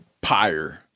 pyre